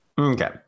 Okay